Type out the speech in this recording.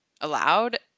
allowed